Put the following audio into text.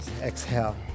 Exhale